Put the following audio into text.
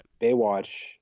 Baywatch